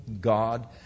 God